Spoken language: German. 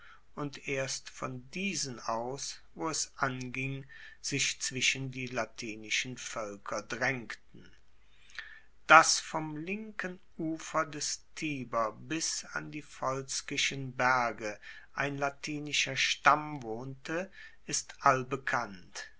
und erst von diesen aus wo es anging sich zwischen die latinischen voelker draengten dass vom linken ufer des tiber bis an die volskischen berge ein latinischer stamm wohnte ist allbekannt